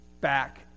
back